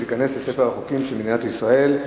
ותיכנס לספר החוקים של מדינת ישראל.